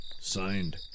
signed